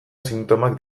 sintomak